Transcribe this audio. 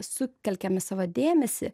sutelkiame savo dėmesį